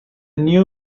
new